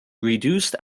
reduced